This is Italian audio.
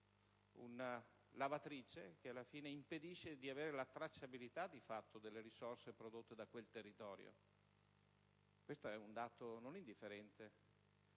una "lavatrice", che alla fine impedisce di avere di fatto la tracciabilità delle risorse prodotte da quel territorio. Questo è un dato non indifferente.